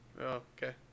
Okay